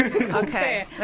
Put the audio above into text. Okay